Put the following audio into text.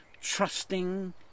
trusting